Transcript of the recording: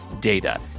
data